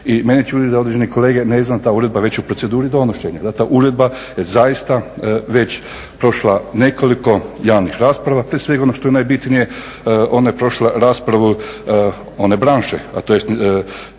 i mene čudi da određene kolege ne znaju da je ta uredba već u proceduri donošenja, da ta uredba je zaista već prošla nekoliko javnih rasprava. Prije svega, ono što je najbitnije ona je prošla raspravu one branše, a to je